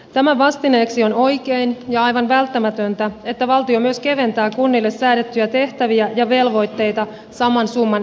tämän vastineeksi on oikein ja aivan välttämätöntä että valtio myös keventää kunnille säädettyjä tehtäviä ja velvoitteita saman summan edestä